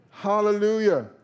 Hallelujah